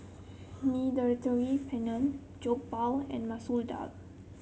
Mediterranean Penne Jokbal and Masoor Dal